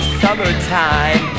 summertime